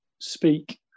speak